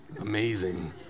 amazing